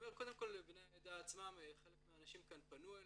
קודם כל בני העדה עצמם, חלק מהאנשים כאן פנו אלי.